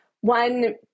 one